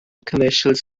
commercials